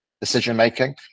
decision-making